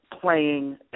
playing